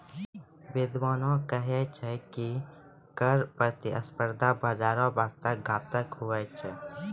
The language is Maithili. बिद्यबाने कही छै की कर प्रतिस्पर्धा बाजारो बासते घातक हुवै छै